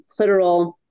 clitoral